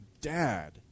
dad